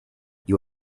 you